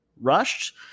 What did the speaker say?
rushed